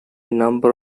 number